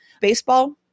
baseball